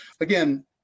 again